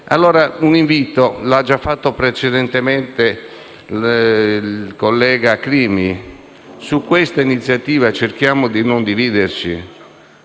allora l'invito fatto precedentemente dal collega Crimi: su questa iniziativa cerchiamo di non dividerci.